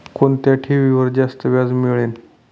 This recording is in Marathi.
कोणत्या ठेवीवर जास्त व्याज मिळेल?